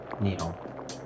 Needle